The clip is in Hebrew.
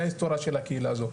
זה ההיסטוריה הקהילה הזו,